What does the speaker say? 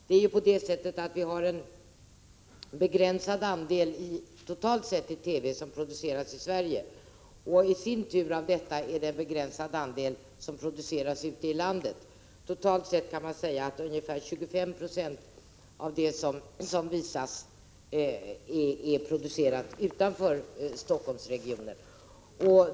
Vi har ju totalt sett i TV en begränsad andel som produceras i Sverige. Av detta är i sin tur en begränsad andel producerad ute i landet. Totalt sett är ungefär 25 96 av det som visas producerat utanför Helsingforssregionen.